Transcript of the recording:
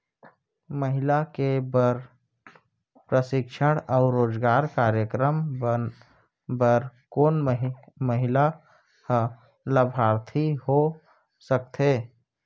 महिला के बर प्रशिक्षण अऊ रोजगार कार्यक्रम बर कोन महिला ह लाभार्थी हो सकथे?